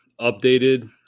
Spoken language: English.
Updated